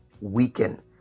weaken